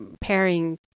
pairing